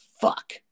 fuck